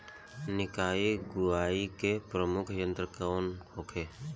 निकाई गुराई के प्रमुख यंत्र कौन होखे?